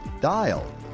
dial